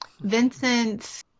Vincent